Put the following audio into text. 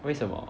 为什么